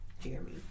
Jeremy